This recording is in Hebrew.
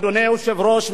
אדוני היושב-ראש,